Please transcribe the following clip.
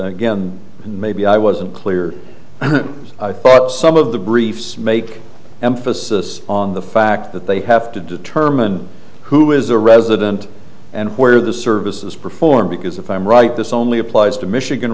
again maybe i wasn't clear i thought some of the briefs make emphasis on the fact that they have to determine who is a resident and where the service is performed because if i'm right this only applies to michigan